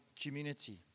community